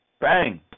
bang